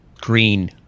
green